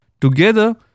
together